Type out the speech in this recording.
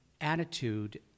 attitude